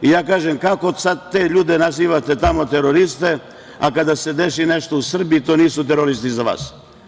Ja kažem – kako sad te ljude nazivate tamo teroriste, a kada se desi nešto u Srbiji, to nisu teroristi za vas?